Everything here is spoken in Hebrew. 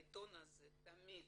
העיתון הזה תמיד,